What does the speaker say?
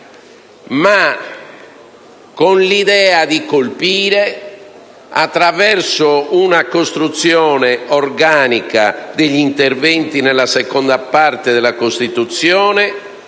con l'idea di colpire, attraverso una costruzione organica degli interventi sulla Parte II della Costituzione,